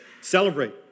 Celebrate